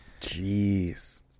Jeez